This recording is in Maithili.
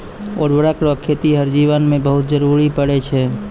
उर्वरक रो खेतीहर जीवन मे बहुत जरुरी पड़ै छै